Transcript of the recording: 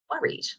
worried